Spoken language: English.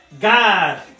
God